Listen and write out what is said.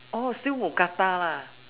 oh still mookata ah